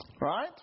Right